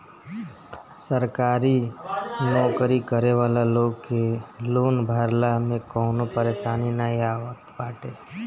सरकारी नोकरी करे वाला लोग के लोन भरला में कवनो परेशानी नाइ आवत बाटे